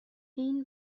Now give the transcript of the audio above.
این